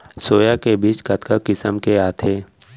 Soya के बीज कतका किसम के आथे?